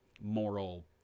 moral